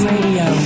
Radio